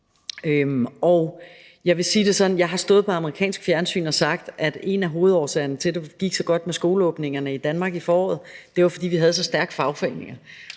jeg har stået på amerikansk fjernsyn og sagt, at en af hovedårsagerne til, at det gik så godt med skolegenåbningerne i Danmark i foråret, var, at vi havde så stærke fagforeninger.